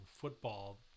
football